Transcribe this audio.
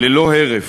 ללא הרף,